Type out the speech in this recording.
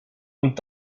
und